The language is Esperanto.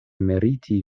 meriti